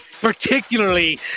particularly